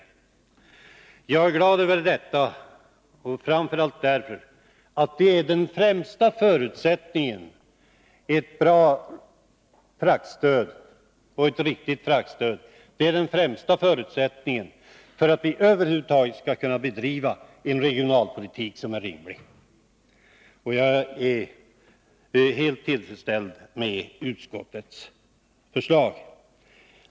Jag är alltså glad över detta, framför allt därför att ett bra och riktigt fraktstöd är den främsta förutsättningen för att vi över huvud taget skall kunna bedriva en rimlig regionalpolitik. Jag är helt tillfredsställd med utskottets förslag.